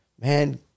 man